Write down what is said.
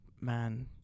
man